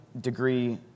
degree